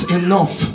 enough